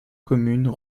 communes